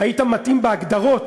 היית מתאים בהגדרות